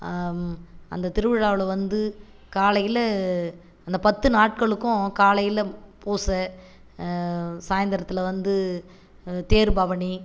அந்த திருவிழாவில் வந்து காலையில் அந்த பத்து நாட்களுக்கும் காலையில பூசை சாய்ந்தரத்தில் வந்து தேர் பவனி